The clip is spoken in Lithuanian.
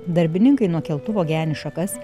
darbininkai nuo keltuvo geni šakas